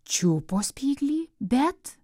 čiupo spyglį bet